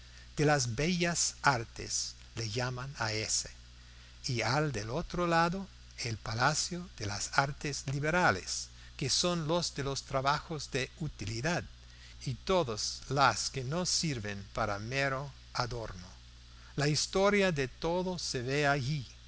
de las bellas artes le llaman a ése y al del otro lado el palacio de las artes liberales que son las de los trabajos de utilidad y todas las que no sirven para mero adorno la historia de todo se ve allí